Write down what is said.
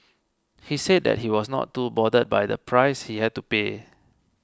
he said that he was not too bothered by the price he had to pay